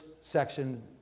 section